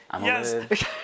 Yes